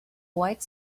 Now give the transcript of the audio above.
white